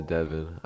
Devin